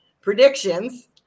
predictions